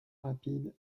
rapide